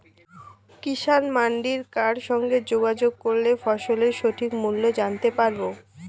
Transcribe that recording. কিষান মান্ডির কার সঙ্গে যোগাযোগ করলে ফসলের সঠিক মূল্য জানতে পারবো?